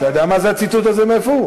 אתה יודע מה זה הציטוט הזה, מאיפה הוא?